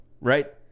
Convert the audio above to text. right